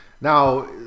now